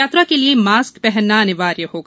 यात्रा के लिए मास्क पहनना अनिवार्य होगा